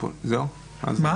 בתחנה.